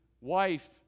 wife